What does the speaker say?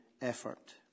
effort